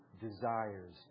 desires